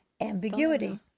ambiguity